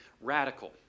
radical